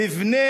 תבנה